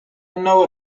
know